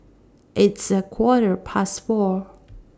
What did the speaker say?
its A Quarter Past four